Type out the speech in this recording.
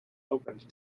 opened